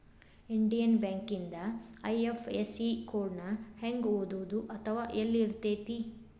Indian ಬ್ಯಾಂಕಿಂದ IFSE code ನ ಹೆಂಗ ಓದೋದು ಅಥವಾ ಯೆಲ್ಲಿರ್ತೆತಿ?